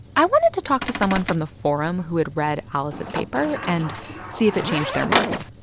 i wanted to talk to someone from the forum who had read alice's paper and see if it changed their mind.